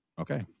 okay